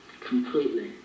Completely